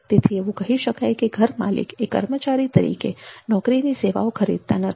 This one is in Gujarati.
તેથી એવું કહી શકાય કે ઘરમાલિક એ કર્મચારી તરીકે નોકરીની સેવાઓ ખરીદતા નથી